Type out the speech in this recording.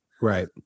Right